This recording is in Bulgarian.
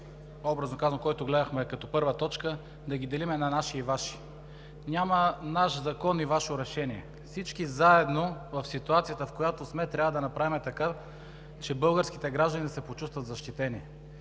законопроект, който гледахме като първа точка, да ги делим на „наши“ и „ваши“. Няма „наш закон“ и „ваше решение“. Всички заедно в ситуацията, в която сме, трябва да направим така, че българските граждани да се почувстват защитени.